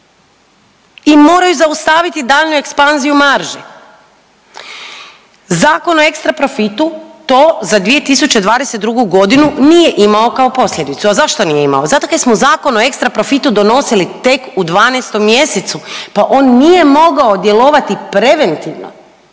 i moraju zaustaviti daljnju ekspanziju marži. Zakon o ekstra profitu to nije imao kao posljedicu. A zašto nije imao? Zato kaj smo Zakon o ekstra profitu donosili tek u 12. mjesecu pa on nije mogao djelovati preventivno